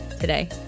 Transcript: today